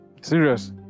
Serious